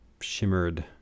shimmered